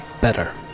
better